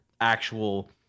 actual